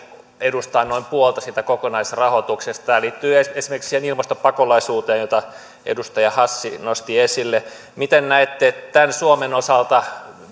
edustaa noin puolta siitä kokonaisrahoituksesta tämä liittyy esimerkiksi siihen ilmastopakolaisuuteen jota edustaja hassi nosti esille miten näette tämän suomen osalta